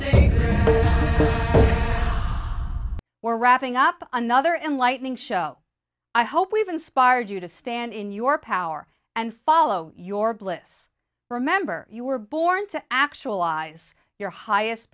anything we're wrapping up another enlightening show i hope we've inspired you to stand in your power and follow your bliss remember you were born to actualize your highest